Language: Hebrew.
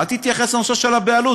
אל תתייחס לנושא של הבעלות.